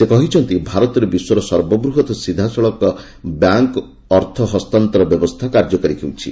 ସେ କହିଛନ୍ତି ଭାରତରେ ବିଶ୍ୱର ସର୍ବବୃହତ ସିଧାସଳଖ ବ୍ୟାଙ୍କ ଅର୍ଥ ହସ୍ତାନ୍ତର ବ୍ୟବସ୍ଥା କାର୍ଯ୍ୟକାରୀ ହେଉଛି